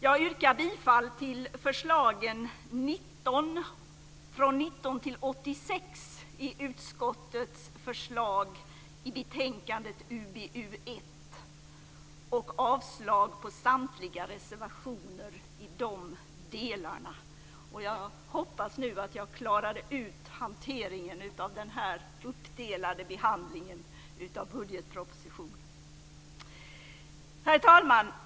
Jag yrkar bifall till förslagen 19-86 i utskottets förslag till riksdagsbeslut i betänkande UbU1 och avslag på samtliga reservationer i de delarna. Jag hoppas nu att jag klarade ut hanteringen av den uppdelade behandlingen av budgetpropositionen. Herr talman!